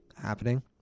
happening